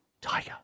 Tiger